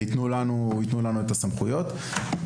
קודם כל אני רוצה לברך את אדוני היושב ראש על הוועדה החשובה הזאת,